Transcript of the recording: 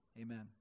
Amen